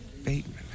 bateman